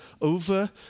over